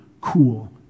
cool